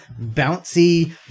bouncy